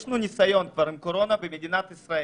יש לנו כבר ניסיון עם הקורונה במדינת ישראל.